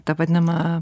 ta vadinama